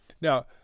Now